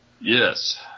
Yes